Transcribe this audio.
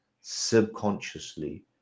subconsciously